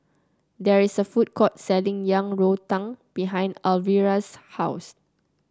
there is a food court selling Yang Rou Tang behind Alvira's house